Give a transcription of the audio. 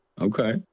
Okay